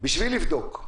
בשביל לבדוק.